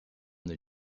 the